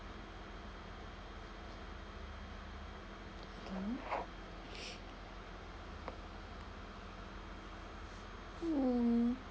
mm